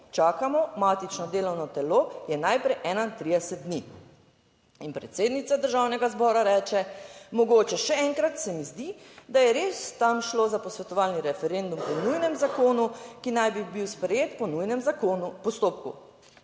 Čakamo, matično delovno telo je najprej 31 dni." In predsednica Državnega zbora reče, "Mogoče še enkrat, se mi zdi, da je res tam šlo za posvetovalni referendum po nujnem zakonu, ki naj bi bil sprejet po nujnem postopku."